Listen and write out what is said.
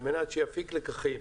על מנת שיפיק לקחים.